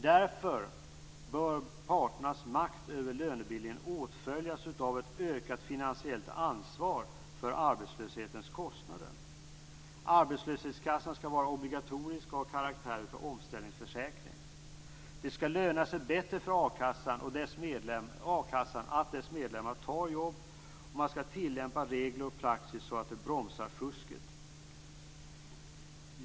Därför bör parternas makt över lönebildningen åtföljas av ett ökat finansiellt ansvar för arbetslöshetens kostnader. Arbetslöshetskassan skall vara obligatorisk och ha karaktären av omställningsförsäkring. Det skall löna sig bättre för a-kassan att dess medlemmar tar jobb, och man skall tillämpa regler och praxis som bromsar fusket.